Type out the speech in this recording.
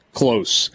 close